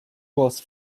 was